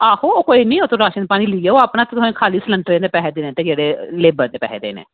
आहो कोई निं उत्त राशन पानी लेई जाओ अपने ते खाली सिलेंडर दे पैसे देने ते लेबर दे पैसे देने